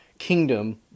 kingdom